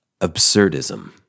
absurdism